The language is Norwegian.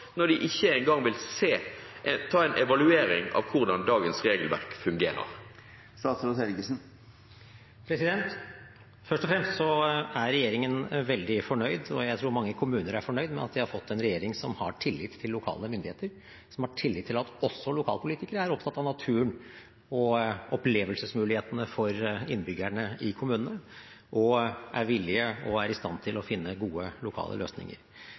når de ikke engang vil ta en evaluering av hvordan dagens regelverk fungerer? Først og fremst er regjeringen veldig fornøyd – og jeg tror mange kommuner er fornøyd – med at de har fått en regjering som har tillit til lokale myndigheter, som har tillit til at også lokalpolitikere er opptatt av naturen og opplevelsesmulighetene for innbyggerne i kommunene, og er villige til – og i stand til – å finne gode lokale løsninger.